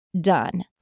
done